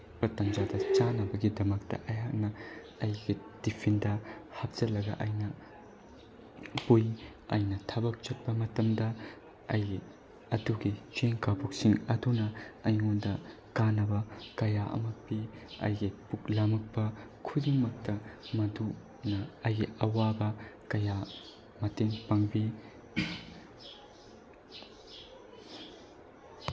ꯄ ꯇꯟꯖꯥꯗ ꯆꯥꯅꯕꯒꯤꯗꯃꯛꯇ ꯑꯩꯍꯥꯛꯅ ꯑꯩꯒꯤ ꯇꯤꯐꯤꯟꯗ ꯍꯥꯞꯆꯤꯜꯂꯒ ꯑꯩꯅ ꯄꯨꯏ ꯑꯩꯅ ꯊꯕꯛ ꯆꯠꯄ ꯃꯇꯝꯗ ꯑꯩꯒꯤ ꯑꯗꯨꯒꯤ ꯆꯦꯡ ꯀꯕꯣꯛꯁꯤꯡ ꯑꯗꯨꯅ ꯑꯩꯉꯣꯟꯗ ꯀꯥꯅꯕ ꯀꯌꯥ ꯑꯃ ꯄꯤ ꯑꯩꯒꯤ ꯄꯨꯛ ꯂꯥꯝꯃꯛꯄ ꯈꯨꯗꯤꯡꯃꯛꯇ ꯃꯗꯨꯅ ꯑꯩꯒꯤ ꯑꯋꯥꯕ ꯀꯌꯥ ꯃꯇꯦꯡ ꯄꯥꯡꯕꯤ